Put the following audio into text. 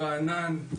הרענן,